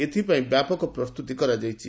ଏଥିପାଇଁ ବ୍ୟାପକ ପ୍ରସ୍ତୁତି କରାଯାଇଛି